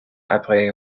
après